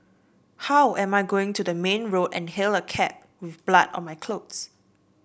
how am I going to the main road and hail a cab with blood on my clothes